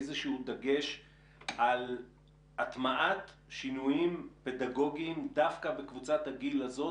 איזשהו דגש על הטמעת שינויים פדגוגיים דווקא בקבוצת הגיל הזאת